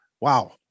wow